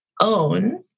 own